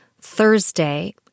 Thursday